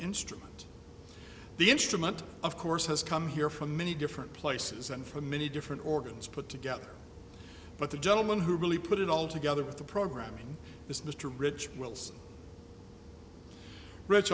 instrument the instrument of course has come here from many different places and from many different organs put together but the gentleman who really put it all together with the programming is mr rich